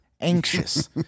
anxious